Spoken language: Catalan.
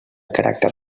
caràcter